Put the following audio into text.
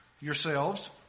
Yourselves